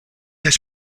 has